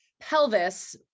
pelvis